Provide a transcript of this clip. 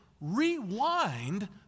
rewind